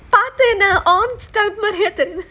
பார்த்தேனா:paarthaenaa ons